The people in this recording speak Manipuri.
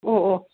ꯑꯣ ꯑꯣ